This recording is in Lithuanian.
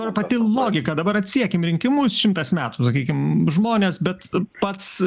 pati logika dabar atsiekime rinkimus šimtas metų sakykim žmonės bet pats